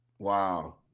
Wow